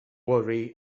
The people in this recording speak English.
worry